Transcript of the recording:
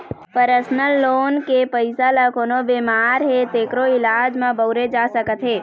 personal loan के पइसा ल कोनो बेमार हे तेखरो इलाज म बउरे जा सकत हे